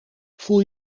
voel